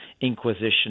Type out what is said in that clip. Inquisition